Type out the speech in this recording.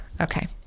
Okay